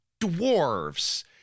dwarves